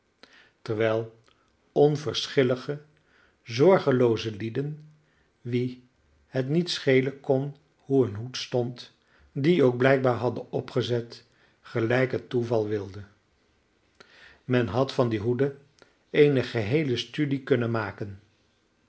terwijl onverschillige zorgelooze lieden wien het niet schelen kon hoe hun hoed stond dien ook blijkbaar hadden opgezet gelijk het toeval wilde men had van die hoeden eene geheele studie kunnen maken